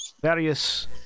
various